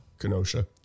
Kenosha